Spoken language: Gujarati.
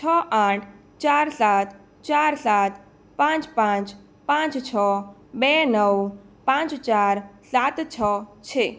છ આઠ ચાર સાત ચાર સાત પાંચ પાંચ પાંચ છ બે નવ પાંચ ચાર સાત છ છે